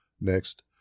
Next